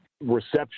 reception